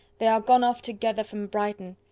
they are gone off together from brighton.